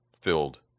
filled